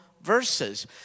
verses